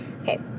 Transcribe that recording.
okay